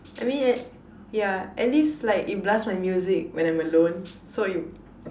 I mean ya at least like it blast my music when I'm alone so it